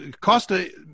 Costa